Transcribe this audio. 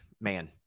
man